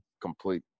Complete